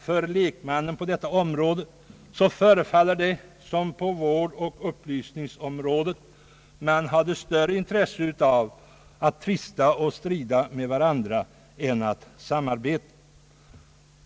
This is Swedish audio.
För lekmannen på detta område förefaller det som om man på vårdoch upplysningsområdet hade större intresse av att tvista och strida med varandra än att samarbeta.